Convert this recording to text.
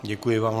Děkuji vám.